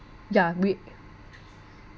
yeah we